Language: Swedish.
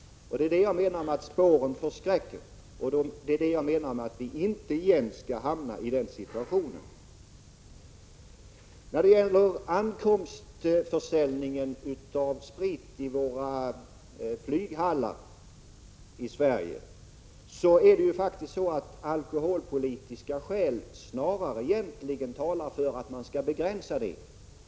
Det är detta jag avsåg när jag talade om att spåren förskräcker och att vi inte får hamna i en sådan situation igen. När det gäller försäljningen av sprit vid ankomsten till svenska flygplatser talar alkoholpolitiska skäl snarare för att den försäljningen bör begränsas.